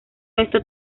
esto